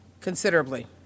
considerably